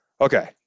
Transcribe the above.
Okay